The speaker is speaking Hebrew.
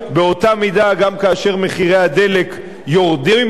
כאשר מחירי הדלק יורדים בעשרות אגורות,